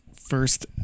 first